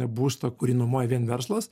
būsto kurį nuomoja vien verslas